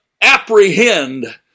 apprehend